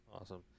Awesome